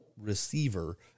receiver